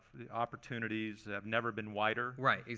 the opportunities have never been wider. right.